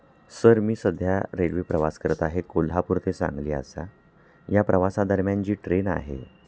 sir मी सध्या railway प्रवास करत आहे कोल्हापूर ते सांगली असा या प्रवासादरम्यान जी ट्रेन आहे